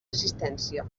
assistència